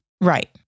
Right